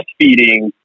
breastfeeding